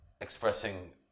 expressing